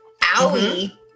Owie